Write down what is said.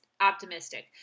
optimistic